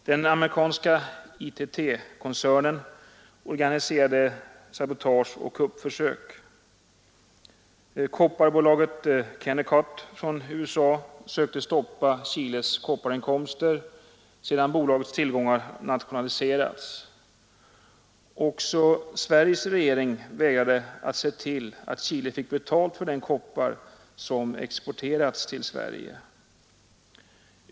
Den amerikanska ITT-koncernen organiserade sabotage och kuppförsök. Kopparbolaget Kennecott, från USA, sökte stoppa Chiles kopparinkomster, sedan bolagets tillgångar nationaliserats. Också Sveriges regering vägrade att se till att Chile fick betalt för den koppar som exporterats till Sverige.